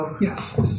Yes